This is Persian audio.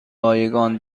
رایگان